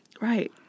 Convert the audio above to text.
Right